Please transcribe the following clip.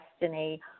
destiny